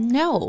no